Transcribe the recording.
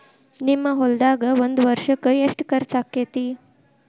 ನಿಮ್ಮ ಹೊಲ್ದಾಗ ಒಂದ್ ವರ್ಷಕ್ಕ ಎಷ್ಟ ಖರ್ಚ್ ಆಕ್ಕೆತಿ?